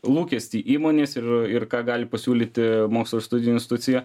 lūkestį įmonės ir ir ką gali pasiūlyti mokslo ir studijų institucija